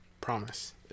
Promise